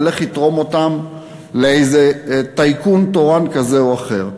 וילך יתרום אותן לאיזה טייקון תורן כזה או אחר,